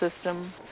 system